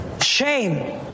Shame